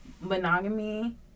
Monogamy